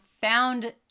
found